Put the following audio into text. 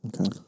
Okay